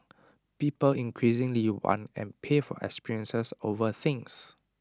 people increasingly want and pay for experiences over things